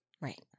Right